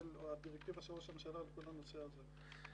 הדירקטיבה של ראש הממשלה בכל הנושא הזה.